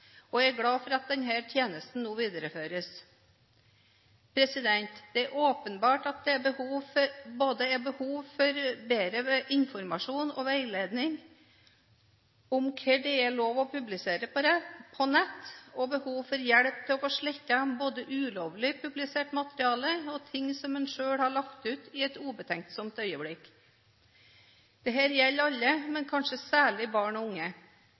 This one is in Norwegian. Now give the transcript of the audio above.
Jeg er glad for at denne tjenesten nå videreføres. Det er åpenbart at det er behov for både bedre informasjon og veiledning om hva det er lov til å publisere på nett, og behov for hjelp til å få slettet både ulovlig publisert materiale og ting som en selv har lagt ut i et ubetenksomt øyeblikk. Dette gjelder alle, men kanskje særlig barn og unge.